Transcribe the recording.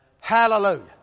hallelujah